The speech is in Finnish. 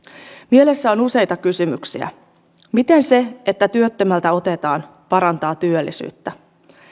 mielessä on useita kysymyksiä miten se että työttömältä otetaan parantaa työllisyyttä